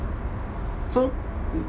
so